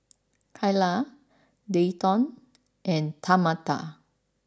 Kaila Dayton and Tamatha